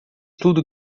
tudo